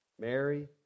Mary